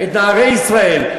את נערי ישראל,